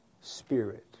spirit